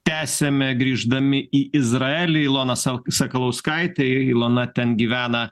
tęsiame grįždami į izraelį ilona sau sakalauskaitė ilona ten gyvena